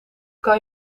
kan